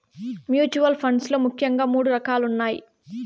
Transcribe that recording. mutual funds లో ముఖ్యంగా మూడు రకాలున్నయ్